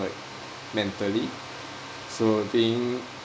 like mentally so feeling